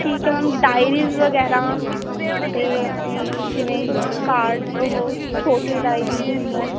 ਠੀਕ ਹੈ ma'am diaries ਵਗੈਰਾ ਅਤੇ ਆਪਣੀ ਜਿਵੇਂ ਕਾਰਡਜ਼ ਉਹ ਛੋਟੀ ਡਾਈਰੀਜ਼ ਹੁੰਦੀਆਂ ਹੈ